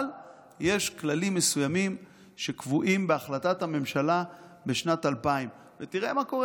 אבל יש כללים מסוימים שקבועים בהחלטת הממשלה משנת 2000. ותראה מה קורה,